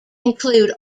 include